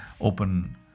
Open